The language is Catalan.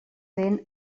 ben